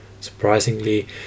Surprisingly